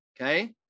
Okay